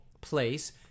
place